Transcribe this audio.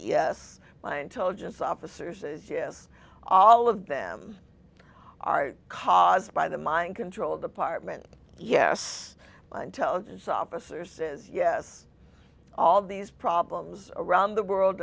yes my intelligence officers is yes all of them are caused by the mind control department yes intelligence officers as yes all these problems around the world